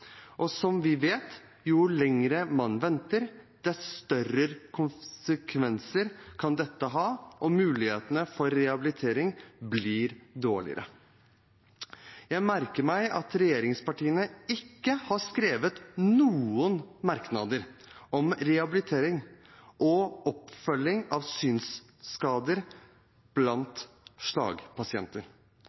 Og som vi vet: Jo lenger man venter, dess større konsekvenser kan dette ha, og mulighetene for rehabilitering blir dårligere. Jeg merker meg at regjeringspartiene ikke har skrevet noen merknader om rehabilitering og oppfølging av synsskader blant slagpasienter.